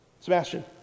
Sebastian